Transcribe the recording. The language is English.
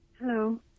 Hello